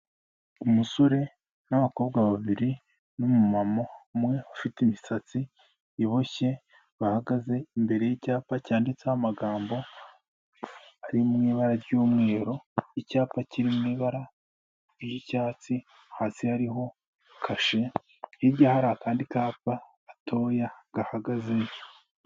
Umusore n'abakobwa babiri n'umumama umwe ufite imisatsi iboshye, bahagaze imbere y'icyapa cyanditseho amagambo ari mu ibara ry'umweru, icyapa kiri mu ibara ry'icyatsi, hasi hariho kashe, hirya hari akandi kapa gatoya gahagaze.